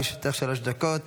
בבקשה, לרשותך שלוש דקות.